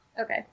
Okay